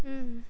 mm